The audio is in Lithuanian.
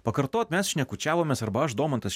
pakartot mes šnekučiavomės arba aš domantas